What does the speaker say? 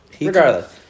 Regardless